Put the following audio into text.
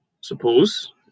suppose